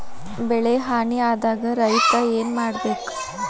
ಬೆಳಿ ಹಾನಿ ಆದಾಗ ರೈತ್ರ ಏನ್ ಮಾಡ್ಬೇಕ್?